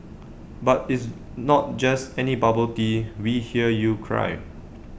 but it's not just any bubble tea we hear you cry